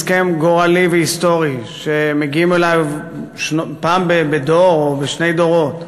הסכם גורלי והיסטורי שמגיעים אליו פעם בדור או בשני דורות,